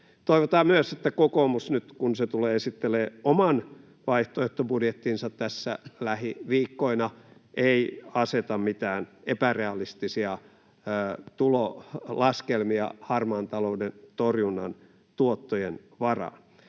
Toivotaan myös, että kokoomus nyt, kun se tulee esittelemään oman vaihtoehtobudjettinsa tässä lähiviikkoina, ei aseta mitään epärealistisia tulolaskelmia harmaan talouden torjunnan tuottojen varaan.